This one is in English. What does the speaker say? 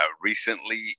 recently